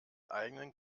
eigenen